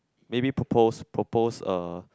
maybe propose propose uh